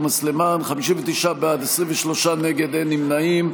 אין נמנעים.